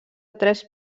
tres